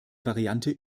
variante